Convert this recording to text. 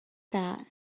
that